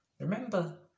remember